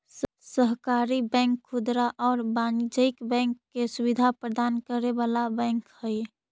सहकारी बैंक खुदरा आउ वाणिज्यिक बैंकिंग के सुविधा प्रदान करे वाला बैंक हइ